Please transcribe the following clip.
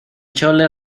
chole